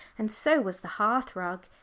and so was the hearth-rug.